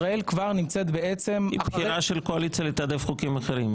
ישראל כבר נמצאת בעצם --- הבחירה של הקואליציה לתעדף חוקים אחרים,